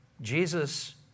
Jesus